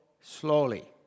Slowly